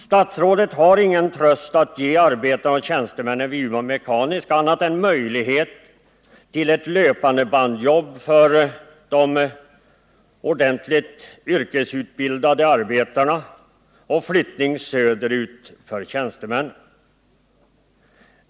Statsrådet har ingen tröst att ge arbetarna och tjänstemännen vid Umeå Mekaniska, annat än möjlighet till ett löpandebandsjobb för de ordentligt yrkesutbildade arbetarna och flyttning söderut för tjänstemännen.